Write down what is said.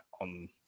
on